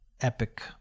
epic